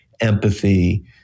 empathy